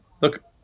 look